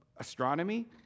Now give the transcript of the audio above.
Astronomy